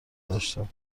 داشتند